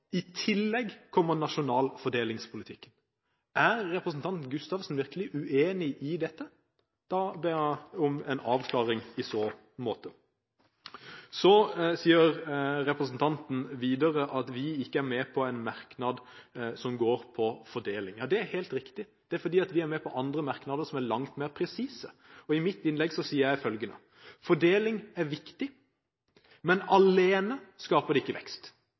I tillegg kommer nasjonal fordelingspolitikk inn. Er representanten Gustavsen virkelig uenig i dette? Da ber jeg om en avklaring i så måte. Representanten sier videre at vi ikke er med på en merknad om fordeling. Ja, det er helt riktig, det er fordi vi er med på andre merknader som er langt mer presise. I mitt innlegg sier jeg følgende: Fordeling er viktig, men alene skaper det ikke vekst.